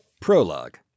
Prologue